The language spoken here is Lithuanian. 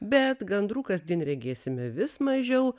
bet gandrų kasdien regėsime vis mažiau